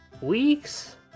Weeks